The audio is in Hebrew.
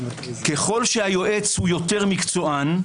ככל שהוא יותר מקצוען,